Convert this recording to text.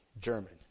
German